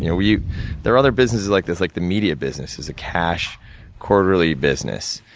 yeah we there are other businesses like this. like, the media business is a cash quarterly business.